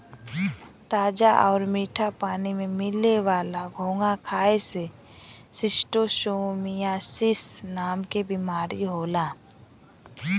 ताजा आउर मीठा पानी में मिले वाला घोंघा खाए से शिस्टोसोमियासिस नाम के बीमारी होला